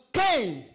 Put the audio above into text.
came